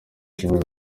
shima